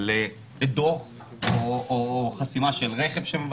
על דוח או חסימה של רכב.